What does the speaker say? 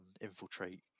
infiltrate